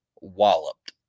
walloped